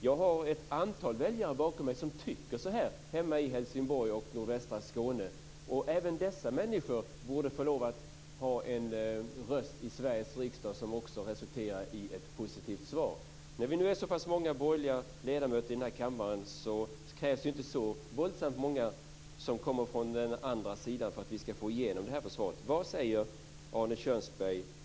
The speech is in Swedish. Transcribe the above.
Jag har ett antal väljare bakom mig som tycker så här hemma i Helsingborg och nordvästra Skåne. Även dessa människor borde få lov att ha en röst i Sveriges riksdag som också resulterar i ett positivt svar. När vi nu är så pass många borgerliga ledamöter i den här kammaren krävs det inte så våldsamt många från den andra sidan för att vi ska få igenom förslaget. Vad säger Arne Kjörnsberg?